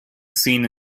seen